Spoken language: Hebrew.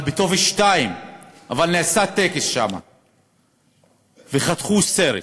אבל בטופס 2. אבל נעשה טקס שם וחתכו סרט.